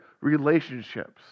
relationships